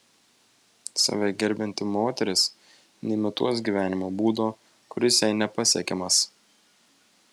save gerbianti moteris neimituos gyvenimo būdo kuris jai nepasiekiamas